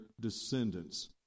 descendants